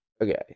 okay